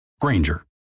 Granger